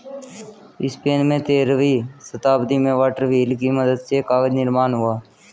Spain में तेरहवीं शताब्दी में वाटर व्हील की मदद से कागज निर्माण हुआ